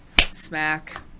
smack